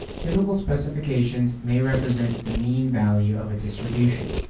typical specifications may represent the mean value of a distribution.